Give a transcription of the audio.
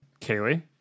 Kaylee